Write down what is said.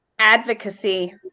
advocacy